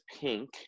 pink